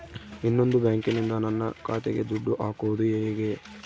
ಇನ್ನೊಂದು ಬ್ಯಾಂಕಿನಿಂದ ನನ್ನ ಖಾತೆಗೆ ದುಡ್ಡು ಹಾಕೋದು ಹೇಗೆ?